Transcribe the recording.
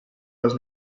les